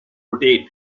rotate